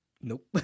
Nope